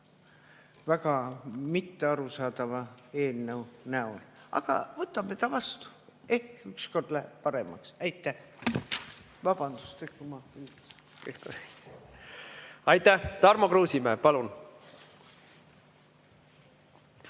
väga mittearusaadava eelnõu näol. Aga võtame ta vastu, ehk ükskord läheb paremaks. Aitäh! Aitäh! Tarmo Kruusimäe, palun!